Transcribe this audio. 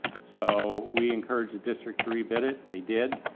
so we encouraged the district to rebid it. they did.